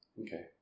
Okay